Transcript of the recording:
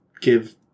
give